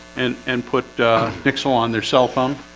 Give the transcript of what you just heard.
and and put pixel on their cell phone